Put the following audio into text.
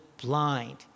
blind